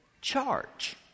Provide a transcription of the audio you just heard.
charge